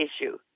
issue